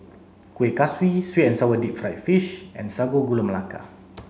Kuih Kaswi sweet and sour deep fried fish and sago gula melaka